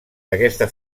aquesta